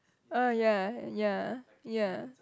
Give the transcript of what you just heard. oh ya ya ya